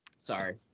sorry